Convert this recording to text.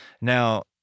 Now—